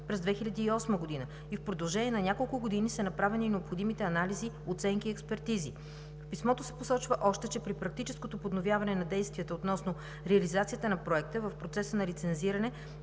през 2008 г. и в продължение на няколко години са направени необходимите анализи, оценки и експертизи. В писмото се посочва още, че при практическото подновяване на действията относно реализацията на Проекта в процеса на лицензиране